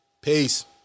Peace